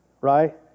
Right